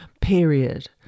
period